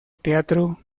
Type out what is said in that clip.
teatro